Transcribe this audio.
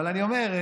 אבל אני אומר,